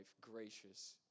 gracious